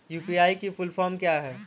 UPI की full form क्या है?